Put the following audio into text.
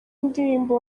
ndirimbo